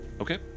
Okay